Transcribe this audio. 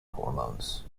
hormones